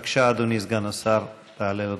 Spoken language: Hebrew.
בבקשה, אדוני סגן השר, תעלה לדוכן.